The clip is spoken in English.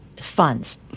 Funds